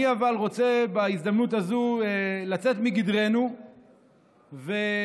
בהזדמנות הזאת אני רוצה לצאת מגדרנו ולנצל